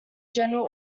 general